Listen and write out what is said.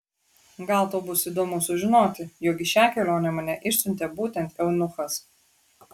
gal tau bus įdomu sužinoti jog į šią kelionę mane išsiuntė būtent eunuchas